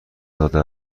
داده